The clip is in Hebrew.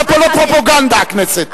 זה פה לא פרופגנדה, הכנסת.